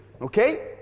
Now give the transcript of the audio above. Okay